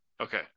Okay